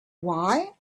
why